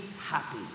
happy